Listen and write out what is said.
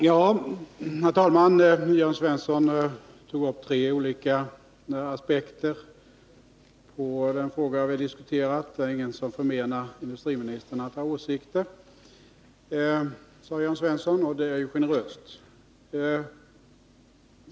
Herr talman! Jörn Svensson tog upp tre olika aspekter på den fråga vi diskuterar. Det är ingen som förmenar industriministern rätten att ha åsikter, sade Jörn Svensson, och det är ju generöst.